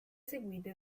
seguite